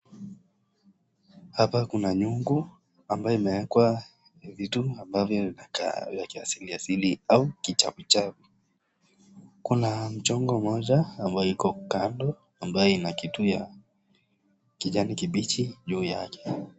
Hapa kuna nyungu ambayo imewekwa vitu ambavyo vinakaa vya kiasilia asilia au kichawi chawi. Kuna mchongo moja ambayo iko kando, ambayo ina kitu ya kijani kibichi juu yake.